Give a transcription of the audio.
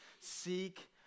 seek